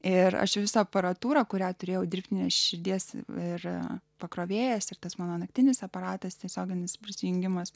ir aš visą aparatūrą kurią turėjau dirbtinės širdies ir pakrovėjas ir tas mano naktinis aparatas tiesioginis prisijungimas